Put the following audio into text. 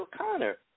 O'Connor